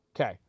Okay